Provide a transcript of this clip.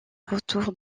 retour